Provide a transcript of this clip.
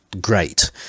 great